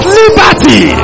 liberty